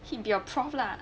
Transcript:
keep your prof lah